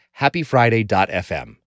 happyfriday.fm